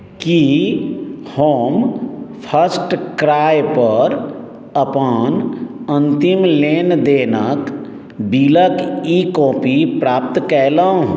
की हम फर्स्ट क्राइपर अपन अन्तिम लेनदेनक बिलक ई कौपी प्राप्त कयलहुँ